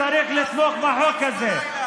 אתה צריך לתמוך בחוק הזה.